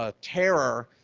ah terror